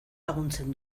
laguntzen